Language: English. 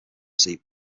seat